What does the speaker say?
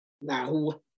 no